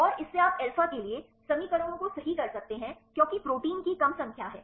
और इससे आप अल्फा के लिए समीकरणों को सही कर सकते हैं क्योंकि प्रोटीन की कम संख्या हैं